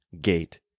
gate